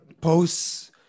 posts